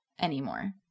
anymore